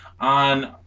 on